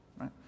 right